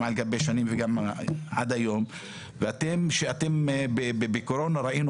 על גבי שנים וגם עד היום ואתם שאתם בקורונה ראינו